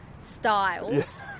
styles